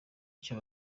icyo